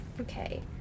Okay